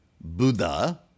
Buddha